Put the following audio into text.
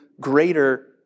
greater